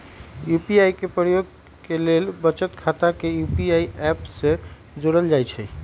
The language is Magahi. यू.पी.आई के प्रयोग के लेल बचत खता के यू.पी.आई ऐप से जोड़ल जाइ छइ